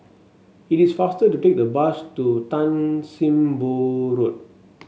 it is faster to take the bus to Tan Sim Boh Road